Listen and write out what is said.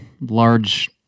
large